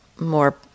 more